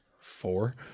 Four